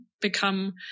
become